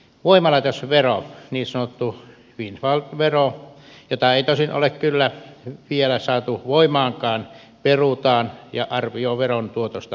voimalaitosvero niin sanottu windfall vero jota ei tosin ole kyllä vielä saatu voimaankaan perutaan ja arvio veron tuotosta poistetaan